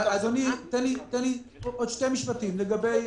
לי לומר רק עוד שני משפטים לגבי